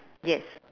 yes